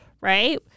right